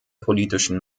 politischen